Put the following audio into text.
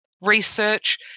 research